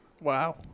Wow